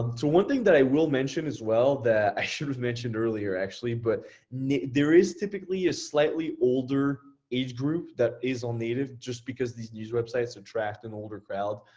so one thing that i will mention as well that i should have mentioned earlier, actually, but there is typically a slightly older age group that is on native just because these news websites attract an older crowd.